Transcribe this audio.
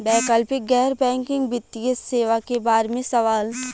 वैकल्पिक गैर बैकिंग वित्तीय सेवा के बार में सवाल?